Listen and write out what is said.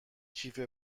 کیف